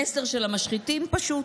המסר של המשחיתים פשוט: